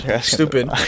Stupid